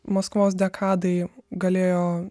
maskvos dekadai galėjo